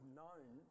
known